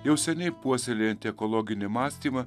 jau seniai puoselėjantį ekologinį mąstymą